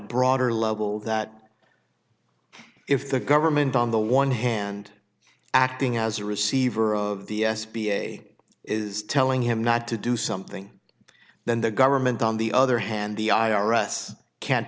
broader level that if the government on the one hand acting as a receiver of the s b a is telling him not to do something then the government on the other hand the i r s can't